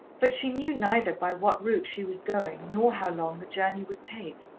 but she knew neither by what route she was going nor how long the journey would take.